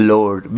Lord